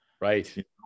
right